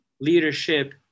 leadership